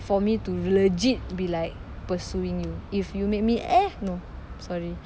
for me to legit be like pursuing you if you make me no sorry